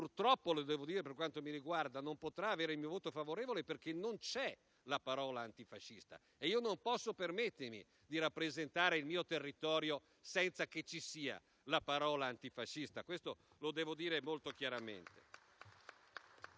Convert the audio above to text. purtroppo, per quanto mi riguarda - non potrà avere il mio voto favorevole, perché non c'è la parola antifascista e io non posso permettermi di rappresentare il mio territorio senza che ci sia quella parola. Lo devo dire molto chiaramente.